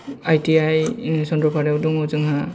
आइ ति आइ चन्द्रपारायाव दङ जोंहा